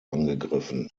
angegriffen